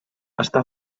està